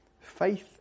Faith